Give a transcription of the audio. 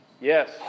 Yes